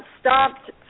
stopped